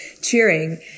cheering